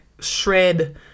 shred